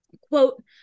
Quote